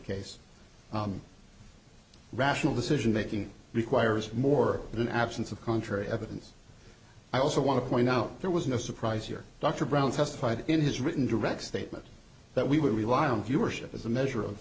case rational decision making requires more than an absence of contrary evidence i also want to point out there was no surprise here dr brown testified in his written direct statement that we would rely on viewership as a measure of